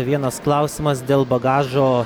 vienas klausimas dėl bagažo